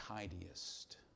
tidiest